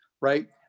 right